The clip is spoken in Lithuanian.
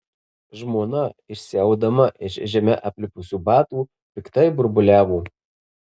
žmona išsiaudama iš žeme aplipusių batų piktai burbuliavo